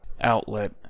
outlet